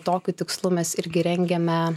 tokiu tikslu mes irgi rengiame